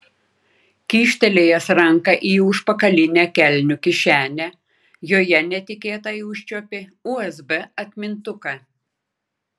kyštelėjęs ranką į užpakalinę kelnių kišenę joje netikėtai užčiuopė usb atmintuką